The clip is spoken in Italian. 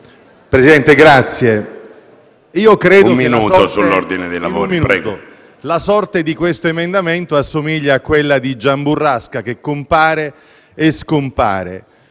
Presidente, credo che la sorte di questo emendamento somigli a quella di Gian Burrasca, che compare e scompare.